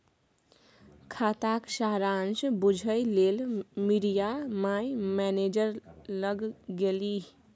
खाताक सारांश बुझय लेल मिरिया माय मैनेजर लग गेलीह